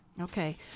Okay